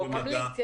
הוא ממליץ.